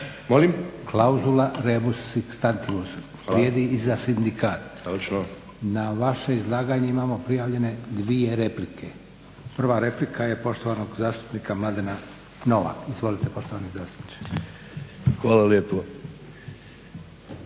Klauzula rebus sic stantibus vrijedi i za sindikate. …/Upadica Hrelja: Točno./… Na vaše izlaganje imamo prijavljene dvije replike, prva replika je poštovanog zastupnika Mladena Novaka. Izvolite poštovani zastupniče. **Novak, Mladen